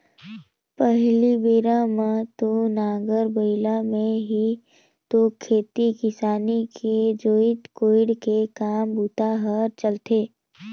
पहिली बेरा म तो नांगर बइला में ही तो खेती किसानी के जोतई कोड़ई के काम बूता हर चलथे